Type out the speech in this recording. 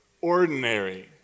ordinary